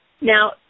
Now